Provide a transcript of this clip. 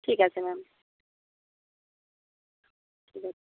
ঠিক আছে ম্যাম ঠিক